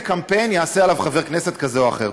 קמפיין יעשה עליו חבר כנסת כזה או אחר.